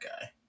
guy